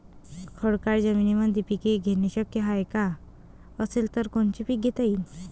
खडकाळ जमीनीमंदी पिके घेणे शक्य हाये का? असेल तर कोनचे पीक घेता येईन?